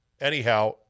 Anyhow